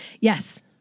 Yes